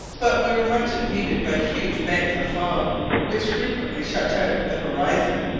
but we were much impeded by huge banks of fog which frequently shut out the horizon.